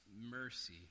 mercy